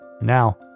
Now